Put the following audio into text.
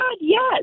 yes